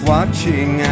Watching